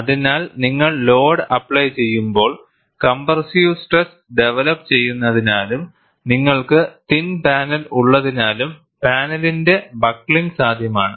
അതിനാൽ നിങ്ങൾ load apply ചെയ്യുമ്പോൾ കംപ്രസ്സീവ് സ്ട്രെസ് ഡെവലപ്പ് ചെയ്യുന്നതിനാലും നിങ്ങൾക്ക് തിൻ പാനൽ ഉള്ളതിനാലും പാനലിന്റെ ബക്ക്ലിംഗ് സാധ്യമാണ്